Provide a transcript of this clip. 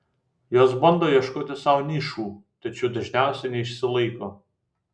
jos bando ieškoti sau nišų tačiau dažniausiai neišsilaiko